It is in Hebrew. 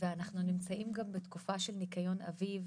ואנחנו נמצאים גם בתקופה של ניקיון אביב,